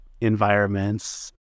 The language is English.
environments